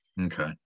Okay